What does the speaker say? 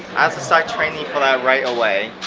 i have to start training for that right away